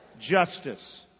justice